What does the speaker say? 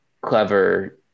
clever